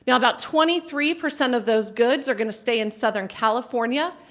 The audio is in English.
yeah about twenty three percent of those goods are going to stay in southern california.